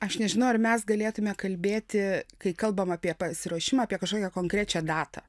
aš nežinau ar mes galėtume kalbėti kai kalbam apie pasiruošimą apie kažkokią konkrečią datą